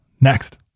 Next